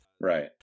Right